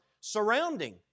surrounding